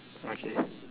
okay